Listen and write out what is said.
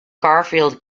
garfield